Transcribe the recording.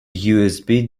usb